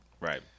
Right